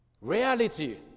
Reality